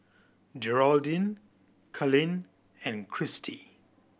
Jeraldine Kalen and Kristi